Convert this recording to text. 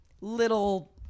little